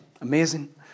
Amazing